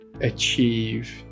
achieve